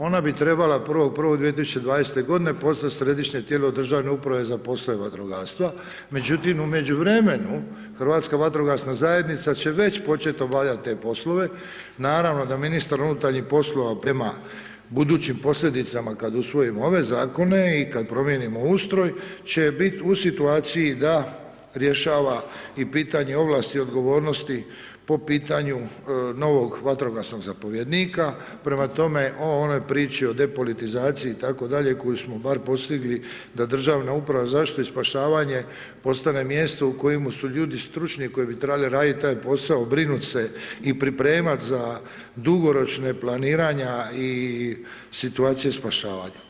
Ona bi trebala 01.01.2020. godine postati središnje tijelo državne uprave za poslove vatrogastva, međutim u međuvremenu Hrvatska vatrogasna zajednica će već počet obavljat te poslove, naravno da ministar unutarnjih poslova prema budućim posljedicama kad usvojimo ove Zakone i kad promijenimo ustroj, će biti u situaciji da rješava i pitanje ovlasti, odgovornosti po pitanju novog vatrogasnog zapovjednika, prema tome o onoj priči o depolitizaciji i tako dalje, koju smo bar postigli da Državna uprava za zaštitu i spašavanje, postane mjesto u kojemu su ljudi stručni, koji bi trebali radit taj posao, brinut se i pripremat za dugoročne planiranja i situacije spašavanja.